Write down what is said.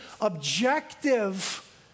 objective